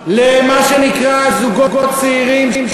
למה שנקרא זוגות צעירים,